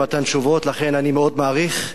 לכן אני מאוד מעריך,